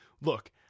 Look